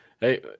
Hey